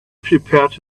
prepared